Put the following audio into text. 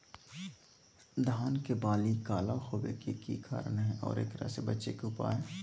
धान के बाली काला होवे के की कारण है और एकरा से बचे के उपाय?